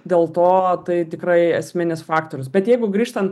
dėl to tai tikrai esminis faktorius bet jeigu grįžtant